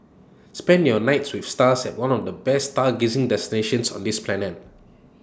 spend your nights with stars at one of the best stargazing destinations on this planet